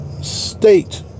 state